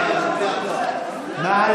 אתה,